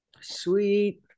Sweet